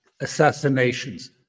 assassinations